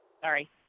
Sorry